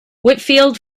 whitfield